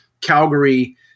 Calgary